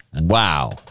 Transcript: wow